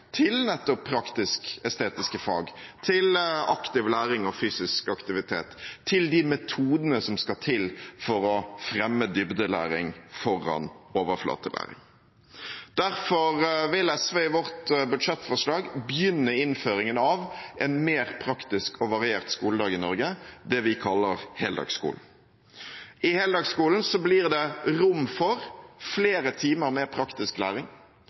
fag, for aktiv læring og fysisk aktivitet, for de metodene som skal til for å fremme dybdelæring framfor overflatelæring. Derfor vil SV i sitt budsjettforslag begynne innføringen av en mer praktisk og variert skoledag i Norge, det vi kaller heldagsskolen. I heldagsskolen blir det rom for flere timer med praktisk læring,